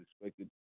expected